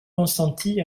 consenti